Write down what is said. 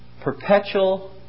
perpetual